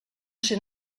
ser